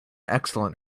excellent